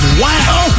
wow